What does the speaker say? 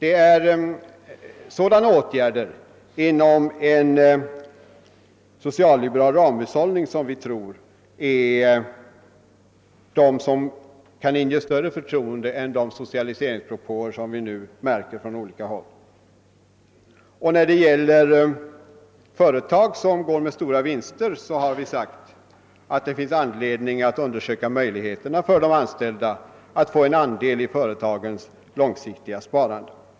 Sådana åtgärder inom en socialliberal ramhushållning tror vi inger större förtroende än de socialiseringspropåer som nu kommer fram från olika håll. När det gäller företag som går med stora vinster har vi sagt att det finns anledning att undersöka möjligheterna för de anställda att få del i företagens långsiktiga sparande.